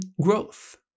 growth